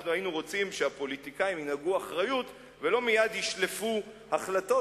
אנחנו היינו רוצים שהפוליטיקאים ינהגו באחריות ולא מייד ישלפו החלטות,